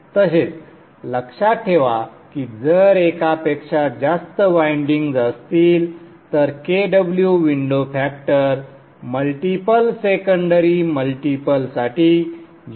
तसेच लक्षात ठेवा की जर एकापेक्षा जास्त वायंडिंग्ज असतील तर Kw window factor multiple secondary मल्टिपलसाठी 0